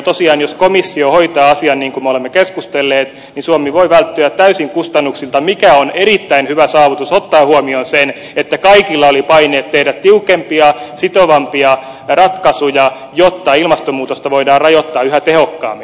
tosiaan jos komissio hoitaa asian niin kuin me olemme keskustelleet niin suomi voi välttyä täysin kustannuksilta mikä on erittäin hyvä saavutus ottaen huomioon sen että kaikilla oli paineet tehdä tiukempia sitovampia ratkaisuja jotta ilmastonmuutosta voidaan rajoittaa yhä tehokkaammin